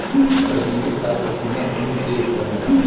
कसमीरी साल पसमिना ऊन से बनला